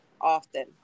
often